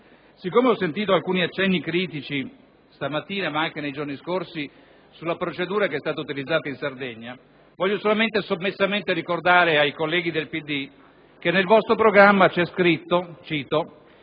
Siccome ho sentito alcuni accenni critici questa mattina, ma anche nei giorni scorsi, sulla procedura che è stata utilizzata in Sardegna, voglio solo sommessamente ricordare ai colleghi del Partito Democratico che nel loro programma c'è scritto che